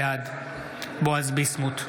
בעד בועז ביסמוט,